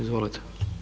Izvolite.